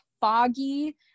foggy